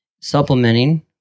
supplementing